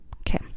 Okay